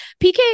PK